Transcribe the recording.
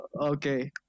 Okay